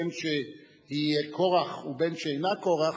בין שהיא כורח ובין שאינה כורח,